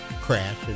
crash